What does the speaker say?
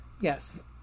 Yes